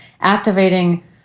activating